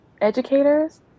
educators